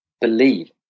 believe